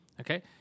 Okay